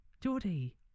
Geordie